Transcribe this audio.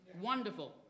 Wonderful